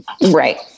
right